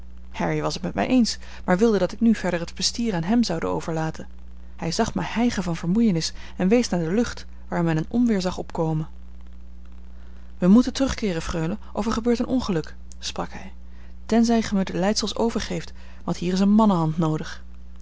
harry was het met mij eens maar wilde dat ik nu verder het bestier aan hem zoude overlaten hij zag mij hijgen van vermoeienis en wees naar de lucht waar men een onweer zag opkomen wij moeten terugkeeren freule of er gebeurt een ongeluk sprak hij tenzij ge mij de leidsels overgeeft want hier is een mannenhand noodig